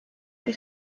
või